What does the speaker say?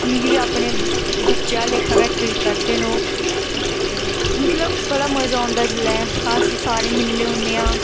मिगी बी अपने बच्चे आह्ले लेखा गै ट्रीट करदे न ते मतलब बड़ा मजा औंदा ऐ जेल्लै अस सारे मिलने होन्ने आं